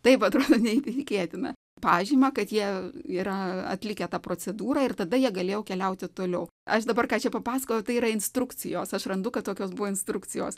taip atrodo neįtikėtina pažymą kad jie yra atlikę tą procedūrą ir tada jie galėjo keliauti toliau aš dabar ką čia papasakojau tai yra instrukcijos aš randu kad tokios buvo instrukcijos